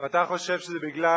ואתה חושב שזה בגלל